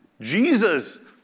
Jesus